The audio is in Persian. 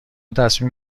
تصمیم